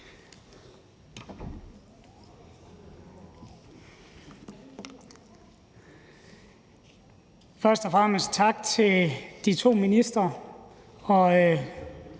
Først og fremmest tak til de to ministre